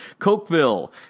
Cokeville